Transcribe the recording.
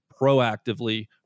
proactively